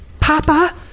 Papa